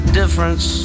difference